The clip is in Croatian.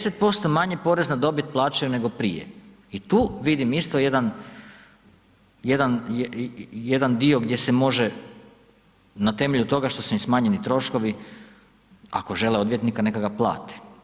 10% manje porez na dobit plaćaju nego prije i tu vidim isto jedan, jedan dio gdje se može na temelju toga što su im smanjeni troškovi, ako žele odvjetnika neka ga plate.